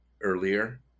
earlier